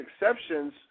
exceptions